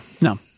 No